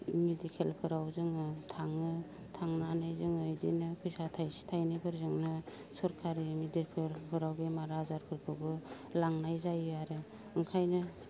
मिडिकेलफोराव जोङो थाङो थांनानै जोङो इदिनो फैसा थाइसे थाइनैफोरजोंनो सरखारि मिडिकेलफोराव बेमार आजारफोरखौबो लांनाय जायो आरो ओंखायनो